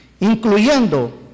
incluyendo